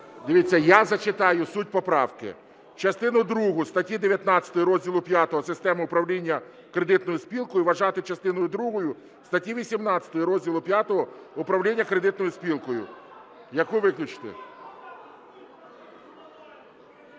Дивіться, я зачитаю суть поправки. "Частину другу статті 19 Розділу V "Система управління кредитною спілкою" вважати частиною другою статті 18 Розділу V "Управління кредитною спілкою", яку виключити".